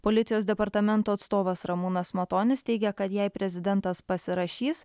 policijos departamento atstovas ramūnas matonis teigia kad jei prezidentas pasirašys